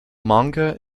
manga